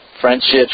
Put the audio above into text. friendships